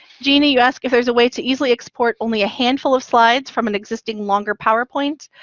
jeannie, you ask if there's a way to easily export only a handful of slides from an existing longer powerpoint.